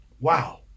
Wow